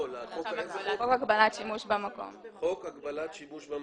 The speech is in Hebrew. חוק הגבלת שימוש במקום.